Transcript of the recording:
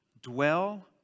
Dwell